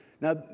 Now